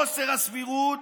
"חוסר הסבירות